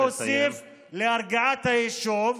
לא הוסיף להרגעת היישוב,